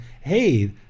hey